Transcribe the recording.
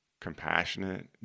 compassionate